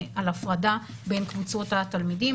על הפרדה בין קבוצות התלמידים,